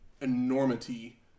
enormity